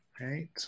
Right